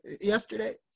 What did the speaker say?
yesterday